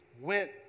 went